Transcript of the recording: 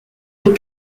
des